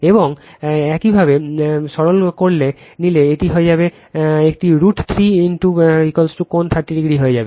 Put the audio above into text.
এবং একইভাবে একইভাবে সরল করলে নিলে একইভাবে এটি একটি রুট 3 কোণ 30o হয়ে যাবে